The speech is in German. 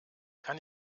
kann